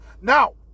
now